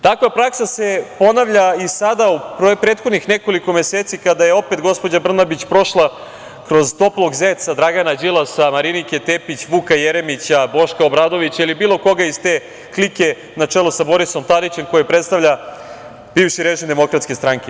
Takva praksa se ponavlja i sada u prethodnih nekoliko meseci, kada je opet gospođa Brnabić prošla kroz „toplog zeca“ Dragana Đilasa, Marinike Tepić, Vuka Jeremića, Boška Obradovića ili bilo koga iz te klike, na čelu sa Borisom Tadićem, koji predstavlja bivši režim DS.